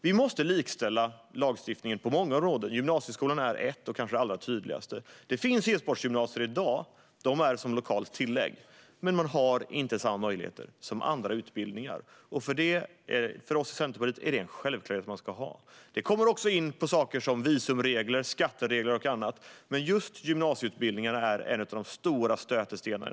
Vi måste likställa lagstiftningen på många områden, och gymnasieskolan är kanske det allra tydligaste området. Det finns e-sportgymnasier i dag som lokalt tillägg, men de har inte samma möjligheter som andra utbildningar. För Centerpartiet är det en självklarhet att de ska ha det. Det handlar också om visumregler, skatteregler och annat, men just gymnasieutbildningarna är en av de stora stötestenarna.